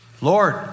Lord